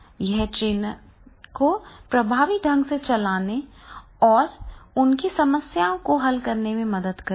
यह ट्रेन को प्रभावी ढंग से चलाने और उनकी समस्याओं को हल करने में भी मदद करेगा